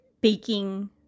baking